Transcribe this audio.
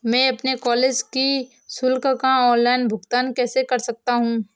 मैं अपने कॉलेज की शुल्क का ऑनलाइन भुगतान कैसे कर सकता हूँ?